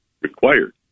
required